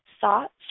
Thoughts